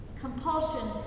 Compulsion